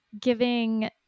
giving